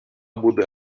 буде